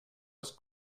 his